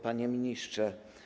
Panie Ministrze!